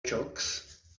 jocks